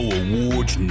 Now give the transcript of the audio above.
awards